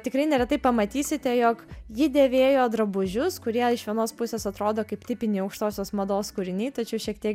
tikrai neretai pamatysite jog ji dėvėjo drabužius kurie iš vienos pusės atrodo kaip tipiniai aukštosios mados kūriniai tačiau šiek tiek